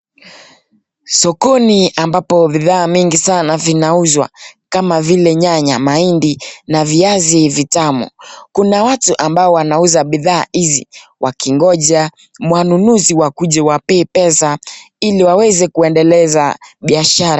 Sokoni ambapo bidhaa mingi sana vinauzwa, kama vile nyanya ,mahindi na viazi vitamu. Kuna watu ambao wanauza bidhaa hizi wakigonja wanunuzi wakuje wawapee pesa ili waweze kuendeleza biashara.